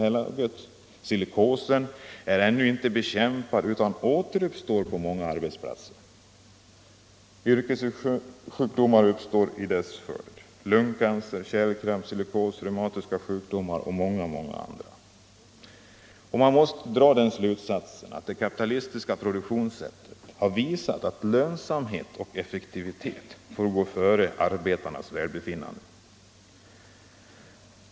Problemet med silikosdamm har ännu inte undanröjts utan förekommer på nytt på många arbetsplatser och får till följd lungcancer, kärlkramp, silikoser, reumatiska sjukdomar och många andra yrkessjukdomar. Man måste dra den slutsatsen att det kapitalistiska produktionssättet har visat att lönsamhet och effektivitet får gå före arbetarnas välbefinnande.